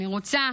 אני רוצה